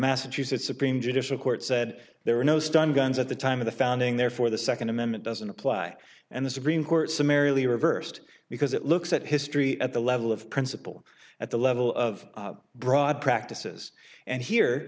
massachusetts supreme judicial court said there were no stun guns at the time of the founding therefore the second amendment doesn't apply and the supreme court summarily reversed because it looks at history at the level of principle at the level of broad practices and here